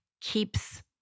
keeps